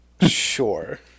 Sure